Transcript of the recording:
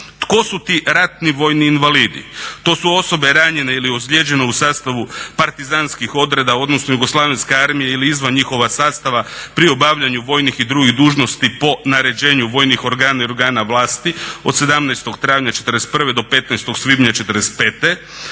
Tko su ti ratni vojni invalidi? To su osobe ranjene ili ozlijeđene u sastavu partizanskih odreda, odnosno Jugoslavenske armije ili izvan njihova sastavu pri obavljanju vojnih i drugih dužnosti po naređenju vojnih organa i organa vlasti od 17. travnja 41. do 15. svibnja '45.